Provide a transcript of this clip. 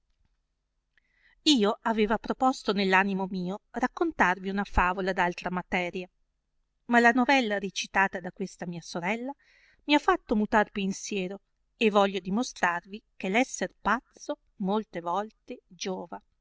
io aveva proposto nell animo mio raccontarvi una favola d altra materia ma la novella recitata da questa mia sorella mi ha fatto mutar pensiero e voglio dimostrarvi che r esser pazzo molte volte giova